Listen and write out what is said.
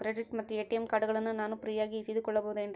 Credit ಮತ್ತ ATM ಕಾರ್ಡಗಳನ್ನ ನಾನು ಫ್ರೇಯಾಗಿ ಇಸಿದುಕೊಳ್ಳಬಹುದೇನ್ರಿ?